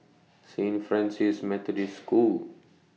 Saint Francis Methodist School